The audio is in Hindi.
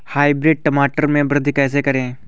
हाइब्रिड टमाटर में वृद्धि कैसे करें?